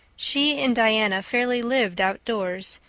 she and diana fairly lived outdoors,